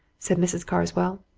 said mrs. carswell.